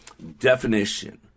definition